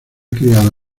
criado